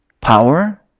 power